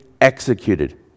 executed